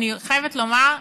אני חייבת לומר,